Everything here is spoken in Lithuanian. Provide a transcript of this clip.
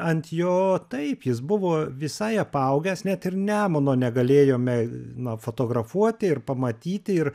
ant jo taip jis buvo visai apaugęs net ir nemuno negalėjome na fotografuoti ir pamatyti ir